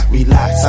Relax